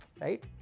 Right